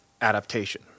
adaptation